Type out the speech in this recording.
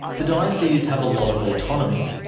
the dioceses have a lot of autonomy,